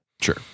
sure